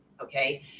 okay